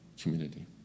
community